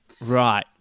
Right